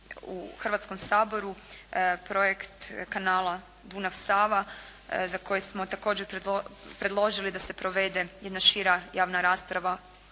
u Hrvatskom saboru, projekt kanala Dunav – Sava za koje smo također predložili da se provede jedna šira javna rasprava